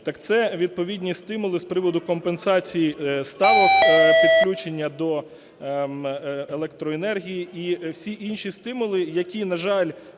так це відповідні стимули з приводу компенсації ставок підключення до електроенергії, і всі інші стимули, які, на жаль,